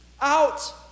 out